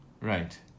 Right